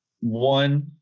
one